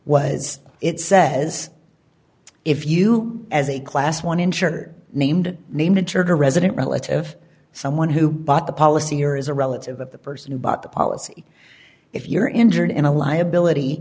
was it says if you as a class one incher named named richard a resident relative someone who bought the policy or is a relative of the person who bought the policy if you're injured in a liability